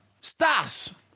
stars